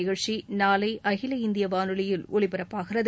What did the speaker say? நிகழ்ச்சி நாளை அகில இந்திய வானொலியில் ஒலிபரப்பாகிறது